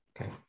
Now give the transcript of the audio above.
Okay